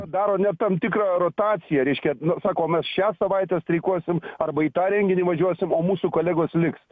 daro net tam tikrą rotaciją reiškia nu sako mes šią savaitę streikuosim arba į tą renginį važiuosim o mūsų kolegos liks